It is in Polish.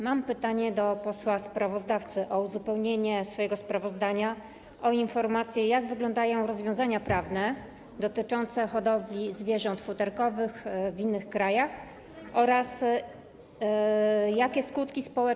Mam pytanie do posła sprawozdawcy, chodzi o uzupełnienie jego sprawozdania o informację, jak wyglądają rozwiązania prawne dotyczące hodowli zwierząt futerkowych w innych krajach oraz jakie skutki społeczne.